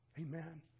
Amen